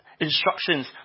instructions